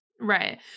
Right